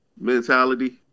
mentality